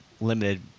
limited